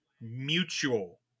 Mutual